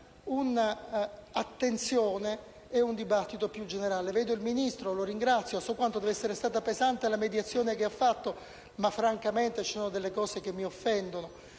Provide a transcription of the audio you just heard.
un'attenzione e un dibattito più generale. Vedo il ministro Orlando presente e lo ringrazio: so quanto deve essere stata pesante la mediazione che ha svolto, ma francamente ci sono delle cose che mi offendono.